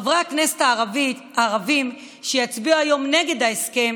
חברי הכנסת הערבים שיצביעו היום נגד ההסכם